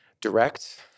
direct